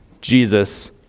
Jesus